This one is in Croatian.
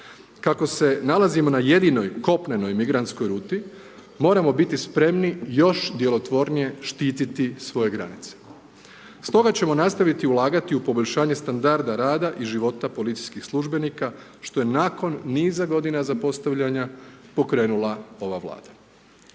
Kako se nalazimo na jedinoj kopnenoj migrantskoj ruti, moramo biti spremni još djelotvornije štititi svoje granice. Stoga ćemo nastaviti ulagati u poboljšanje standarda rada i života policijskih službenika što je nakon niza godina zapostavljanja, pokrenula ova Vlada.